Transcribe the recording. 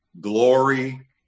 glory